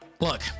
look